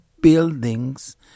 buildings